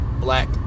black